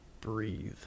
breathe